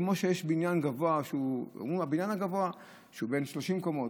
כמו שיש בניין גבוה, שהוא בן 30 קומות,